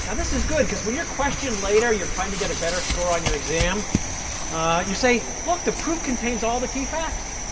and this is good, because when you're questioned later you're trying to get a better score on your exam you say, look, the proof contains all the key facts.